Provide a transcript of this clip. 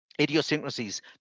idiosyncrasies